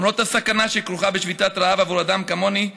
למרות הסכנה שכרוכה בשביתת רעב עבור אדם כמוני,